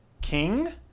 King